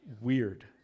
weird